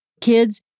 kids